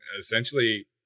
essentially